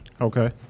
Okay